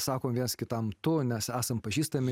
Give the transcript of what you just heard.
sakom viens kitam tu nes esam pažįstami